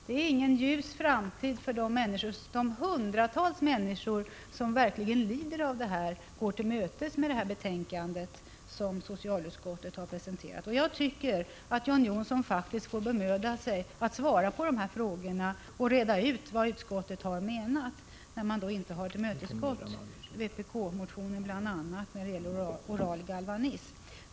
Det är ingen ljus framtid för de hundratals människor som verkligen lider av detta och bemöts på det sätt som socialutskottet har presenterat i betänkandet. Jag tycker att John Johnsson faktiskt får bemöda sig att besvara dessa frågor och reda ut vad utskottet har menat när man inte har tillmötesgått vpk-motioner bl.a. om oral galvanism.